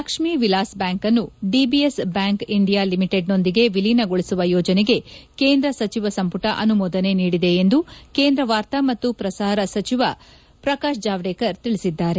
Lakshmi Vilas bank ಅನ್ನು DBS bank India ಲಿಮಿಟೆಡ್ನೊಂದಿಗೆ ವಿಲೀನಗೊಳಿಸುವ ಯೋಜನೆಗೆ ಕೇಂದ್ರ ಸಚಿವ ಸಂಪುಟ ಅನುಮೋದನೆ ನೀಡಿದೆ ಎಂದು ಕೇಂದ್ರ ವಾರ್ತಾ ಮತ್ತು ಪ್ರಸಾರ ಸಚಿವ ಪ್ರಕಾಶ್ ಜಾವಡೇಕರ್ ತಿಳಿಸಿದ್ದಾರೆ